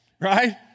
right